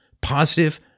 positive